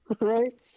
Right